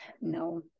No